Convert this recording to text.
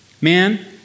Man